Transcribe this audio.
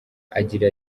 agira